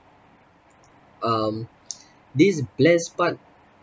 um this bless part